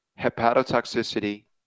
hepatotoxicity